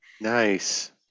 Nice